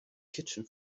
kitchen